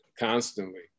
constantly